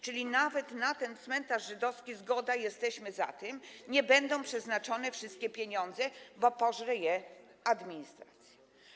Czyli nawet na ten cmentarz żydowski - zgoda, jesteśmy za tym - nie będą przeznaczone wszystkie pieniądze, bo pożre je administracja.